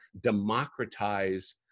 democratize